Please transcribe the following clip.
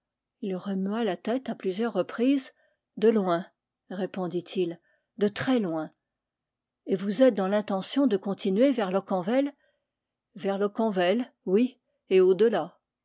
il remua la tête à plusieurs reprises de loin répondit-il de très loin et vous êtes dans l'intention de continuer vers locquenvel vers locquenvel oui et au